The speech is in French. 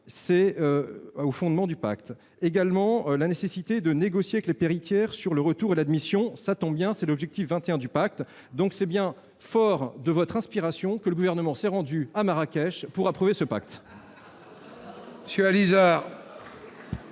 c'est un des fondements du pacte -, et la « nécessité de négocier avec les pays tiers sur le retour et l'admission »- cela tombe bien aussi, c'est l'objectif 21 du pacte ! C'est donc fort de votre inspiration que le Gouvernement s'est rendu à Marrakech pour approuver ce pacte